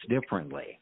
differently